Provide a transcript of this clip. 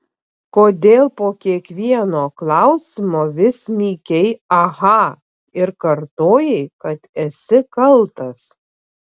kodėl po kiekvieno klausimo vis mykei aha ir kartojai kad esi kaltas